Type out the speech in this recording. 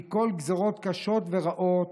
מכל גזרות קשות ורעות,